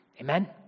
Amen